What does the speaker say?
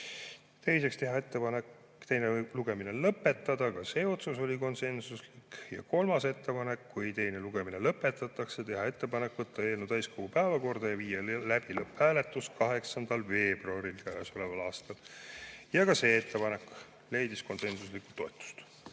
Teiseks, teha ettepanek teine lugemine lõpetada, ka see otsus oli konsensuslik. Ja kolmas ettepanek: kui teine lugemine lõpetatakse, teha ettepanek võtta eelnõu täiskogu päevakorda ja viia läbi lõpphääletus 8. veebruaril käesoleval aastal. Ka see ettepanek leidis konsensuslikku toetust.